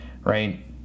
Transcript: right